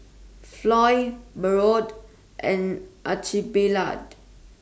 Floy Bode and Archibald